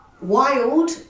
wild